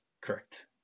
correct